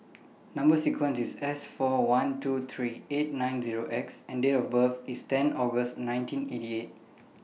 Number sequence IS S four one two three eight nine Zero X and Date of birth IS ten August nineteen eighty eight